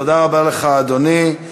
תודה רבה לך, אדוני.